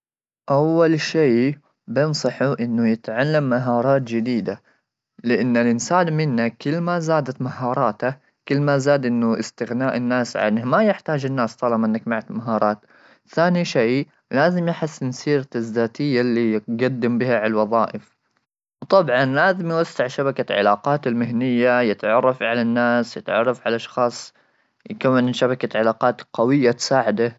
اول شيء بنصحه انه يتعلم مهارات جديده ,لان الانسان منا كل ما زادت مهاراته كل ما زاد انه استغناء الناس عنه ما يحتاج الناس طالما انك مهارات, ثاني شيء لازم يحسن سيره الذاتيه اللي يقدم بها على الوظائف طبعا, لازم يوسع شبكه علاقات المهنيه يتعرف على الناس يتعرف على اشخاص يكمل من شبكه علاقات قويه.